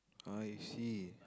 I see